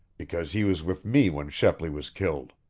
because he was with me when shepley was killed.